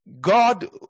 God